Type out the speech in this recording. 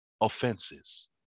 offenses